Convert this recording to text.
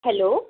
hello